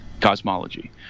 cosmology